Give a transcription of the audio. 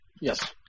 Yes